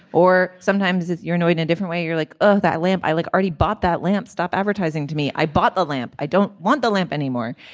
or sometimes if you're annoying a different way you're like oh that lamp i like already bought that lamp stop advertising to me. i bought the lamp. i don't want the lamp anymore.